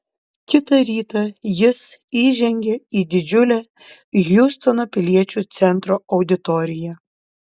kitą rytą jis įžengė į didžiulę hjustono piliečių centro auditoriją